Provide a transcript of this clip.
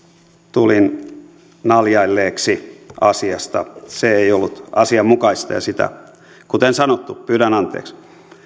tulin naljailleeksi asiasta se ei ollut asianmukaista ja sitä kuten sanottu pyydän anteeksi